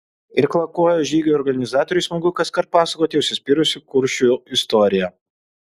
irklakojo žygių organizatoriui smagu kaskart pasakoti užsispyrusių kuršių istoriją